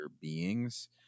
beings